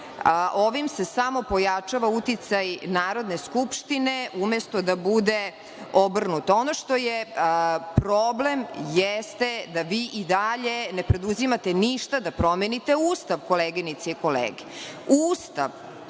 ovim se samo pojačava uticaj Narodne skupštine umesto da bude obrnuto. Ono što je problem, jeste da vi i dalje ne preduzimate ništa da promenite Ustav, koleginice i kolege. Promena